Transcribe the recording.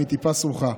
מטיפה סרוחה,